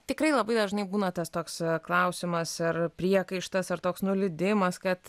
tikrai labai dažnai būna tas toks klausimas ar priekaištas ar toks nuliūdimas kad